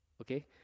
Okay